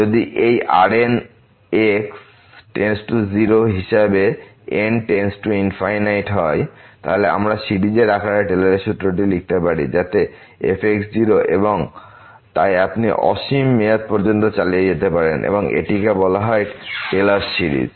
যদি এই Rn → 0 as হিসাবে n→∞ হয় তাহলে আমরা সিরিজ আকারে টেলরের সূত্রটি লিখতে পারি যাতে f এবং তাই আপনি অসীম মেয়াদ পর্যন্ত চালিয়ে যেতে পারেন এবং এটিকে বলা হয় টেলর সিরিজ